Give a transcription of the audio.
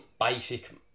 basic